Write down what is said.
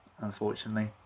unfortunately